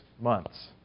months